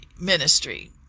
ministry